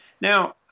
Now